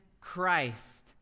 Christ